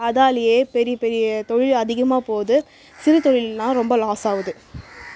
அதாலையே பெரிய பெரிய தொழில் அதிகமாக போகுது சிறுதொழில்லாம் ரொம்ப லாஸ் ஆகுது